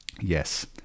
Yes